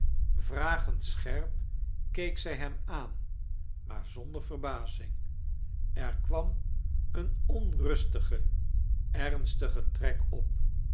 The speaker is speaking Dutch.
scherp keek zij hem aan maar zonder verbazing er kwam een orirustige ernstige trek op